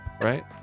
Right